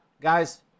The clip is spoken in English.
guys